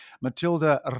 Matilda